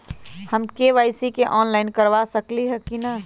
हम KYC online करवा सकली ह कि न?